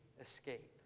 escape